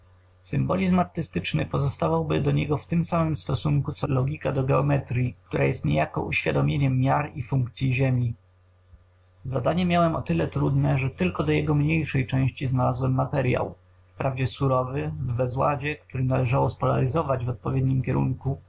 wylewie szczerości symbolizm artystyczny pozostawałby do niego w tym samym stosunku co logika do geometryi która jest niejako uświadomieniem miar i funkcyi ziemi zadanie miałem o tyle trudne że tylko do jego mniejszej części znalazłem materyał wprawdzie surowy w bezładzie który należało spolaryzować w odpowiednim kierunku